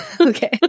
Okay